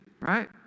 right